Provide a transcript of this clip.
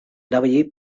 erabili